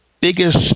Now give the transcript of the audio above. biggest